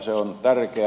se on tärkeä